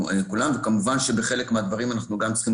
וכמובן שבחלק מהדברים אנחנו גם צריכים